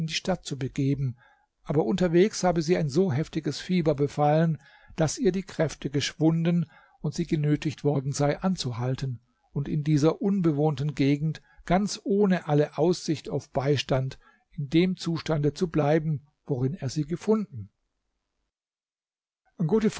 die stadt zu begeben aber unterwegs habe sie ein so heftiges fieber befallen daß ihr die kräfte geschwunden und sie genötigt worden sei anzuhalten und in dieser unbewohnten gegend ganz ohne alle aussicht auf beistand in dem zustande zu bleiben worin er sie gefunden